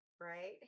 right